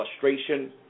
frustration